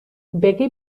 begi